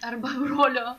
arba brolio